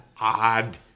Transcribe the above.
odd